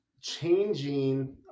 changing